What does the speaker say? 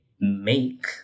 make